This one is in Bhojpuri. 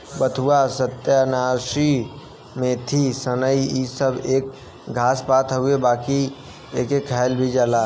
बथुआ, सत्यानाशी, मेथी, सनइ इ सब एक घास पात हउवे बाकि एके खायल भी जाला